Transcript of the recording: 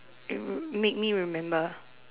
it would make me remember